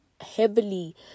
heavily